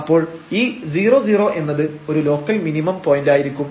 അപ്പോൾ ഈ 00 എന്നത് ഒരു ലോക്കൽ മിനിമം പോയന്റായിരിക്കും